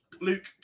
Luke